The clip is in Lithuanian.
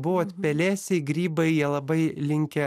buvot pelėsiai grybai jie labai linkę